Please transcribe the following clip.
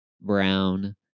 brown